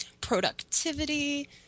productivity